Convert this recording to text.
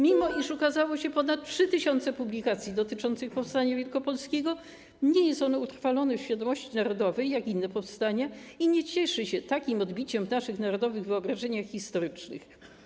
Mimo iż ukazało się ponad 3 tys. publikacji dotyczących powstania wielkopolskiego, nie jest ono utrwalone w świadomości narodowej jak inne powstania i nie cieszy się takim odbiciem w naszych narodowych wyobrażeniach historycznych.